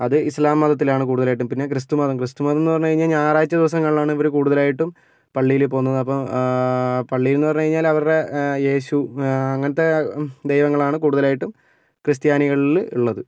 അത് ഇസ്ലാം മതത്തിലാണ് കൂടുതലായിട്ടും പിന്നെ ക്രിസ്തുമതം എന്ന് പറഞ്ഞഴിഞ്ഞാല് ഞായറാഴ്ച്ച ദിവസങ്ങളിലാണ് ഇവർ കൂടുതലായിട്ടും പള്ളിയിൽ പോകുന്നത് അപ്പോൾ പള്ളീന്ന് പറഞ്ഞ് കഴിഞ്ഞാല് അവരുടെ യേശു അങ്ങനത്തെ ദൈവങ്ങളാണ് കൂടുതലായിട്ട് ക്രിസ്ത്യാനികളിൽ ഉള്ളത്